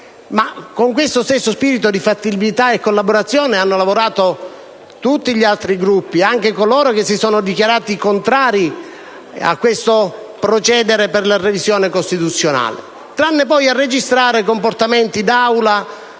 Con questo stesso spirito di fattività e collaborazione hanno lavorato tutti gli altri Gruppi, anche coloro che si sono dichiarati contrari a questo processo di revisione costituzionale, tranne poi registrare comportamenti in Aula